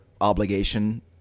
obligation